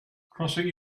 crossing